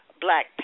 Black